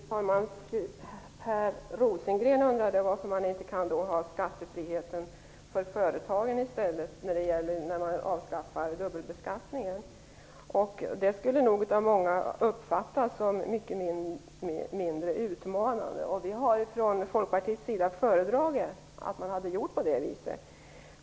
Fru talman! Per Rosengren undrade varför man inte kan ha skattefrihet för företag i stället, när man väl avskaffar dubbelbeskattning. Det skulle nog av många uppfattas som mindre utmanande. Vi i Folkpartiet hade föredragit att man gjort på det viset.